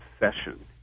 obsession